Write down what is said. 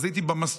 אז הייתי במסלול,